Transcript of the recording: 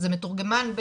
זה מתורגמן.